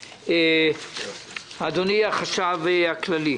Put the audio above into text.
אדוני החשב הכללי,